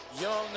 young